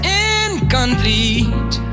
incomplete